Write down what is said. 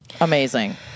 Amazing